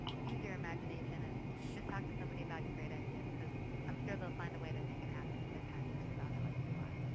use your imagination. and talk to somebody about your great ideas. because i'm sure they'll find a way to make it happen if they're passionate about it like you are.